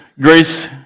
Grace